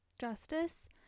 justice